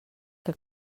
que